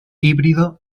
híbrido